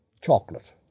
Chocolate